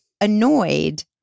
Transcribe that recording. annoyed